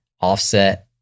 offset